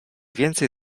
więcej